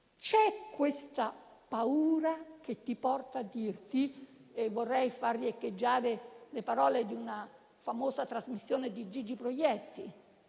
c'è questa paura che ti porta dire - e vorrei far riecheggiare le parole di una famosa trasmissione di Gigi Proietti